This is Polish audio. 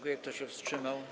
Kto się wstrzymał?